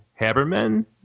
Haberman